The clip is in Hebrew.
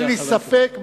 אין לי ספק,